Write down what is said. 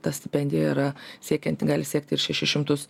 ta stipendija yra siekianti gali siekti ir šešis šimtus